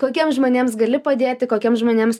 kokiem žmonėms gali padėti kokiem žmonėms